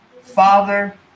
father